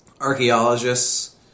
archaeologists